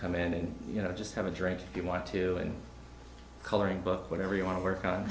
come in and you know just have a drink if you want to and coloring book whatever you want to work on